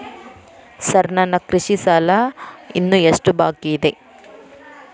Sir ನನ್ನ ಕೃಷಿ ಸಾಲ ಇನ್ನು ಎಷ್ಟು ಬಾಕಿಯಿದೆ?